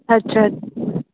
अच्छा